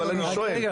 אבל אני שואל,